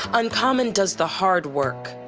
uncommon does the hard work.